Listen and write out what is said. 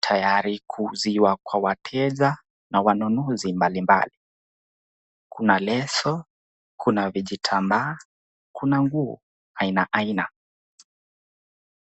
tayari kuuziwa kwa wateja na wanunuzi mbalimbali. Kuna leso vijitambaa na nguo aina aina.